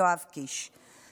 יואב קיש,